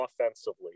offensively